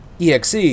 EXE